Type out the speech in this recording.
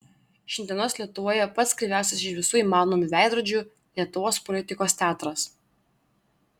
šiandienos lietuvoje pats kreiviausias iš visų įmanomų veidrodžių lietuvos politikos teatras